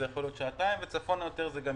זה יכול להיות שעתיים ואף יותר.